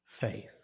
faith